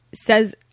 Says